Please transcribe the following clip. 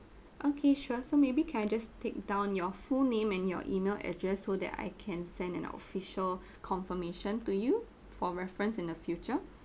okay sure so maybe can I just take down your full name and your email address so that I can send an official confirmation to you for reference in the future